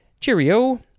Cheerio